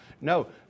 No